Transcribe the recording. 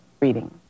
reading